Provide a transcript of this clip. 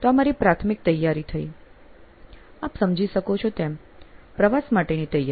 તો આ મારી પ્રાથમિક તૈયારી થયી આપ સમજી શકો છો તેમ પ્રવાસ માટેની તૈયારી